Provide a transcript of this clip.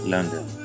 London